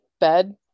bed